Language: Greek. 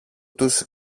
τους